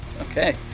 Okay